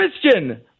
Christian